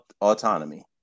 autonomy